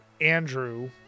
andrew